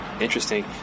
Interesting